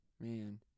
Man